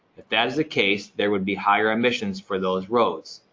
if that is the case, there would be higher emissions for those roads.